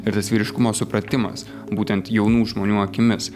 ir tas vyriškumo supratimas būtent jaunų žmonių akimis